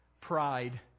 Pride